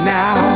now